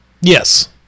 Yes